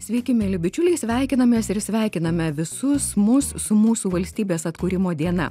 sveiki mieli bičiuliai sveikinamės ir sveikiname visus mus su mūsų valstybės atkūrimo diena